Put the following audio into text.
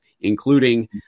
including